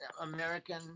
american